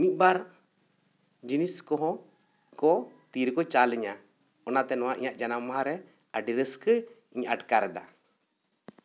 ᱢᱤᱫ ᱵᱟᱨ ᱡᱤᱱᱤᱥ ᱠᱚᱦᱚᱸ ᱠᱚ ᱛᱤ ᱨᱮᱠᱚ ᱪᱟᱞ ᱟᱹᱧᱟ ᱚᱱᱟ ᱛᱮ ᱱᱚᱣᱟ ᱤᱧᱟᱹᱜ ᱡᱟᱱᱟᱢ ᱢᱟᱦᱟ ᱨᱮ ᱟᱹᱰᱤ ᱨᱟᱹᱥᱠᱟᱹᱧ ᱟᱴᱠᱟᱨ ᱮᱫᱟ